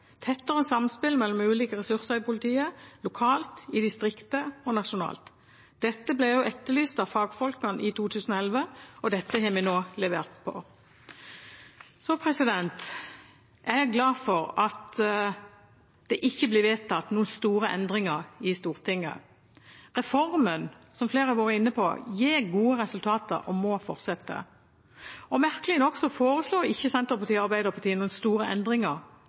tettere samspill mellom ulike ressurser i politiet, lokalt, i distriktet og nasjonalt. Dette ble etterlyst av fagfolkene i 2011, og dette har vi nå levert på. Jeg er glad for at det ikke blir vedtatt noen store endringer i Stortinget. Reformen, som flere har vært inne på, gir gode resultater og må fortsette. Merkelig nok foreslår ikke Senterpartiet og Arbeiderpartiet noen store endringer